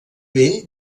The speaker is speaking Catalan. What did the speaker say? vell